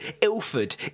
Ilford